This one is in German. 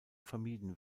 vermieden